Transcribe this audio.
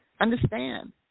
Understand